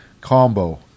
combo